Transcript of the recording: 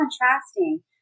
contrasting